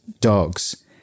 dogs